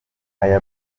aya